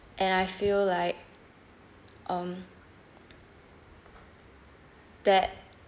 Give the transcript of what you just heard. and I feel like um that